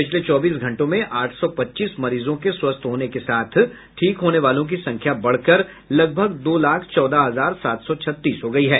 पिछले चौबीस घंटों में आठ सौ पच्चीस मरीजों के स्वस्थ होने के साथ ठीक होने वालों की संख्या बढ़कर लगभग दो लाख चौदह हजार सात सौ छत्तीस हो गयी है